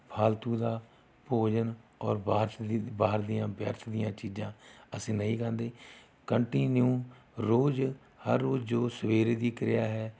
ਫਾਲਤੂ ਦਾ ਭੋਜਨ ਔਰ ਬਾਰਸ਼ ਦੀ ਬਾਹਰ ਦੀਆਂ ਵਿਅਰਥ ਦੀਆਂ ਚੀਜਾਂ ਅਸੀਂ ਨਹੀਂ ਖਾਂਦੇ ਕੰਟੀਨਿਊ ਰੋਜ਼ ਹਰ ਰੋਜ਼ ਜੋ ਸਵੇਰੇ ਦੀ ਕਿਰਿਆ ਹੈ